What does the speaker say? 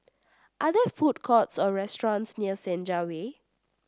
are there food courts or restaurants near Senja Way